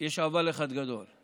יש אבל אחד גדול: